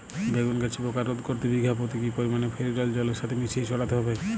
বেগুন গাছে পোকা রোধ করতে বিঘা পতি কি পরিমাণে ফেরিডোল জলের সাথে মিশিয়ে ছড়াতে হবে?